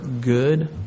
good